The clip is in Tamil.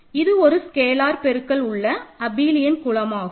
இது ஒரு ஸ்கேலார் பெருக்கல் உள்ள அபிலியன் குலமாகும்